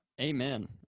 amen